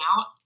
out